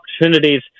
opportunities